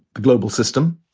the global system,